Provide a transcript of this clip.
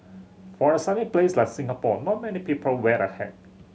for a sunny place like Singapore not many people wear a hat